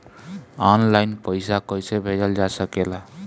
आन line पईसा कईसे भेजल जा सेकला?